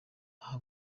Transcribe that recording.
aha